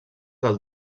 del